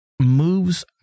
moves